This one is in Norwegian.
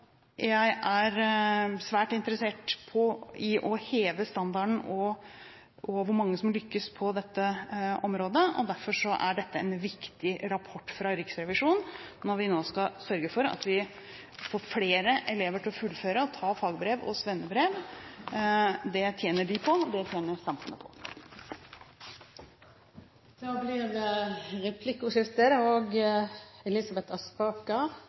hvor mange som lykkes – på dette området. Derfor er denne rapporten fra Riksrevisjonen viktig, når vi nå skal sørge for at flere elever fullfører fag- og svennebrev. Det tjener de på, og det tjener samfunnet på. Det blir replikkordskifte. Jeg vil tilbake til disse lærlingtallene – eller mangel på læreplasser. Det